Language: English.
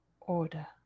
order